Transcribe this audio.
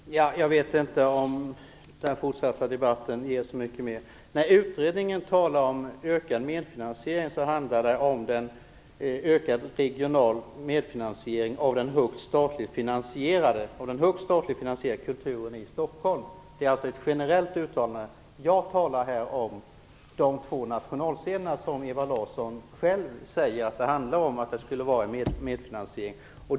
Herr talman! Jag vet inte om den fortsatta debatten ger så mycket mer. När utredningen talar om ökad medfinansiering, handlar det om ökad regional medfinansiering av den högt statligt finansierade kulturen i Stockholm. Det är alltså ett generellt uttalande. Jag talar här om de två nationalscener som Ewa Larsson själv säger att det handlar om och att det skulle vara en medfinansiering.